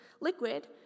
liquid